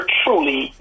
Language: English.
truly